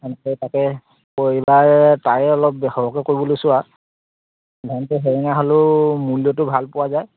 সেনেকৈ তাকে পৰিলাই তাৰে অলপ সৰহকৈ কৰিব লৈছোঁ আৰু ধানটো সেৰেঙা হ'লেও মূল্যটো ভাল পোৱা যায়